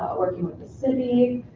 working with the city,